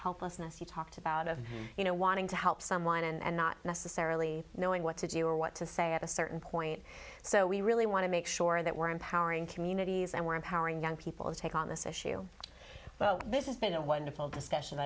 helplessness you talked about of you know wanting to help someone and not necessarily knowing what to do or what to say at a certain point so we really want to make sure that we're empowering communities and we're empowering young people to take on this issue this is been a wonderful discussion